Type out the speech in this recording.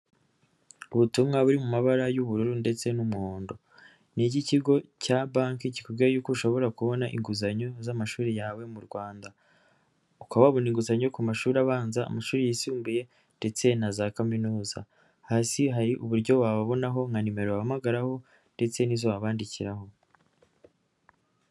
Ubutumwa buri mu mabara y'ubururu ndetse n'umuhondo. Ni iki ikigo cya banki kikubwira ko ushobora kubona inguzanyo z'amashuri yawe mu Rwanda, ukaba wabona inguzanyo ku mashuri abanza, amashuri yisumbuye ndetse na za Kaminuza. Hasi hari uburyo wababonaho nka nimero wabahamagaraho ndetse n'izo wabandikiraho.